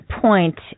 point